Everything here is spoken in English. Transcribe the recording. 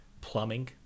plumbing